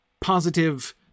positive